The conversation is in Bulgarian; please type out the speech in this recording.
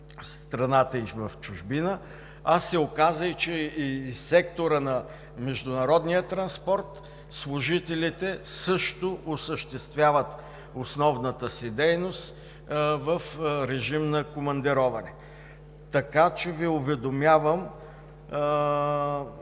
страната и чужбина. Оказа се, че в сектора на международния транспорт служителите също осъществяват основната си дейност в режим на командироване, така че Ви уведомявам